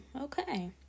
Okay